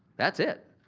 that's it.